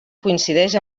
coincidix